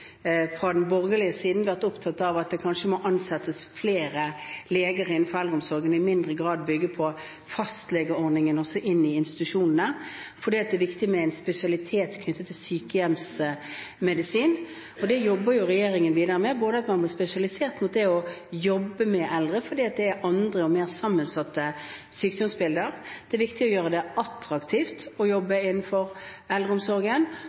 fra den borgerlige siden vært opptatt av at det kanskje må ansettes flere leger innenfor eldreomsorgen, og at man i mindre grad bygger på fastlegeordningen også i institusjonene, fordi det er viktig med en spesialitet knyttet til sykehjemsmedisin. Dette jobber regjeringen videre med, at man blir spesialisert mot det å jobbe med eldre, fordi det er andre og mer sammensatte sykdomsbilder. Det er viktig å gjøre det attraktivt å jobbe innenfor eldreomsorgen,